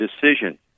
decision